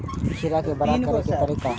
खीरा के बड़ा करे के तरीका?